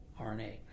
RNA